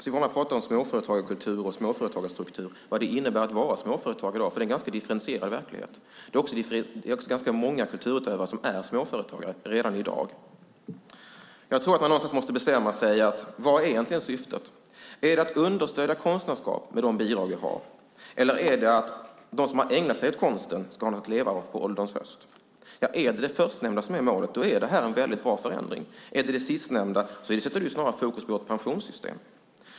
Siv Holma pratar om småföretagarkultur och småföretagarstruktur och vad det innebär att vara småföretagare i dag. Det är en ganska differentierad verklighet. Ganska många kulturutövare är småföretagare redan i dag. Jag tror att man måste bestämma vad syftet är. Är det att understödja konstnärskap med de bidrag vi har? Ska de som har ägnat sig åt konst ha något att leva av på ålderns höst? Om det förstnämnda är målet är detta en väldigt bra förändring. Om det sistnämnda är målet sätter det snarast fokus på ett pensionssystem.